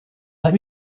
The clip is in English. let